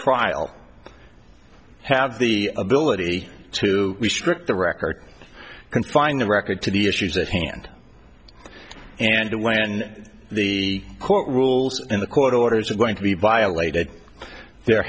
i have the ability to restrict the record i can find the record to the issues at hand and when the court rules in the court orders are going to be violated there